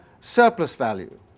surplus-value